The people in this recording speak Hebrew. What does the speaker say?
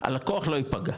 הלקוח לא יפגע,